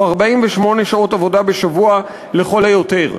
או 48 שעות עבודה בשבוע לכל היותר.